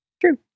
True